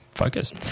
focus